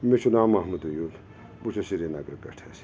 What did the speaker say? مےٚ چھُ ناو محمد عیوٗل بہٕ چھُس سرینگرٕ پٮ۪ٹھ حظ